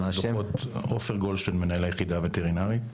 עופר גולדשטיין, מנהל היחידה הווטרינרית.